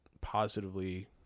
positively